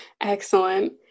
Excellent